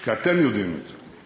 כי אתם יודעים את זה: